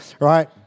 right